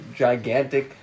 gigantic